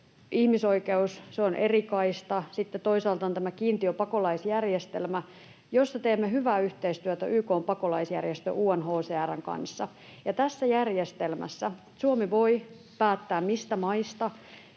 ihmisoikeus — se on eri kaista. Sitten toisaalta on tämä kiintiöpakolaisjärjestelmä, jossa teemme hyvää yhteistyötä YK:n pakolaisjärjestön UNHCR:n kanssa. Tässä järjestelmässä Suomi voi päättää, mistä maista